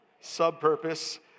sub-purpose